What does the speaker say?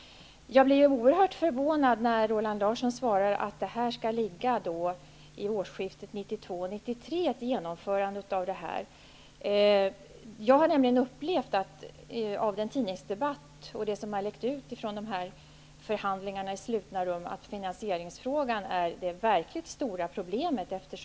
Jag blev oerhört förvånad när Roland Larsson svarade att ett genomförande skall ske vid årsskiftet 1992-1993. Jag har erfarit från tidningsdebatten och av det som har läckt ut från förhandlingarna i slutna rum att finansieringsfrågan är det verkligt stora problemet.